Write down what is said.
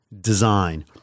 design